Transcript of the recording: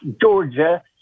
Georgia